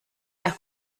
las